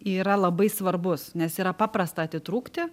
yra labai svarbus nes yra paprasta atitrūkti